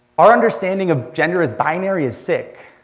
our understanding of gender as binary is sick.